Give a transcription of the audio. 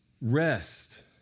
rest